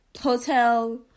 hotel